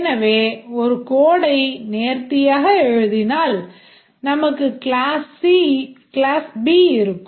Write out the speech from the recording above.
எனவே ஒரு codeடை நேர்த்தியாக எழுதினால் நமக்கு class B இருக்கும்